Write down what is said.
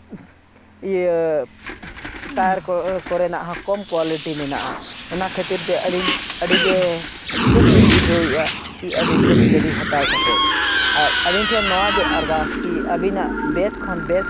ᱤᱭᱟᱹ ᱴᱟᱭᱟᱨ ᱠᱚ ᱠᱚᱨᱮᱱᱟᱜ ᱦᱚᱸ ᱠᱚᱢ ᱠᱚᱣᱟᱞᱤᱴᱤ ᱢᱮᱱᱟᱜᱼᱟ ᱚᱱᱟ ᱠᱷᱟᱹᱛᱤᱨ ᱛᱮ ᱟᱹᱞᱤᱧ ᱟᱹᱰᱤ ᱜᱮ ᱫᱩᱠᱷ ᱞᱤᱧ ᱵᱩᱡᱷᱟᱹᱣᱮᱫᱼᱟ ᱠᱤ ᱟᱹᱵᱤᱱ ᱴᱷᱮᱱ ᱜᱟᱹᱰᱤ ᱦᱟᱛᱟᱣ ᱠᱟᱛᱮᱫ ᱟᱨ ᱟᱹᱞᱤᱧ ᱴᱷᱮᱱ ᱱᱚᱣᱟ ᱜᱮ ᱟᱨᱫᱟᱥ ᱠᱤ ᱟᱹᱵᱤᱱᱟᱜ ᱵᱮᱥ ᱠᱷᱚᱱ ᱵᱮᱥ